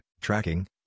tracking